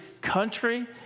country